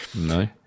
No